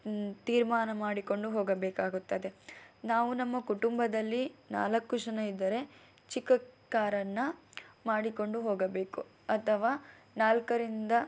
ತೀರ್ಮಾನ ಮಾಡಿಕೊಂಡು ಹೋಗಬೇಕಾಗುತ್ತದೆ ನಾವು ನಮ್ಮ ಕುಟುಂಬದಲ್ಲಿ ನಾಲ್ಕು ಜನ ಇದ್ದಾರೆ ಚಿಕ್ಕ ಕಾರನ್ನು ಮಾಡಿಕೊಂಡು ಹೋಗಬೇಕು ಅಥವಾ ನಾಲ್ಕರಿಂದ